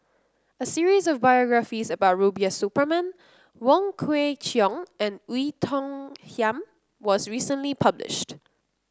a series of biographies about Rubiah Suparman Wong Kwei Cheong and Oei Tiong Ham was recently published